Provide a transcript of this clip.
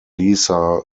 lisa